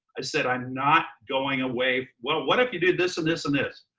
i said, i'm not going away. well, what if you did this and this and this?